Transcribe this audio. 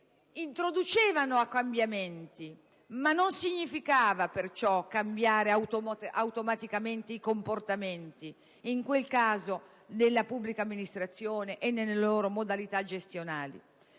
introducevano a cambiamenti, ma ciò non ha significato cambiare automaticamente i comportamenti, in questo caso delle pubbliche amministrazioni nelle loro modalità gestionali.